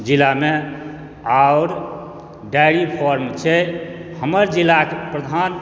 जिलामे आओर dairy farm छै हमर जिलाके प्रधान